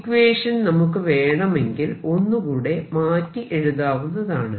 equation നമുക്ക് വേണമെങ്കിൽ ഒന്നുകൂടെ മാറ്റി എഴുതാവുന്നതാണ്